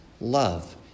love